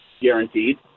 guaranteed